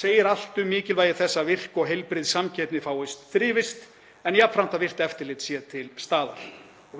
segir allt um mikilvægi þess að virk og heilbrigð samkeppni fái þrifist en jafnframt að virkt eftirlit sé til staðar.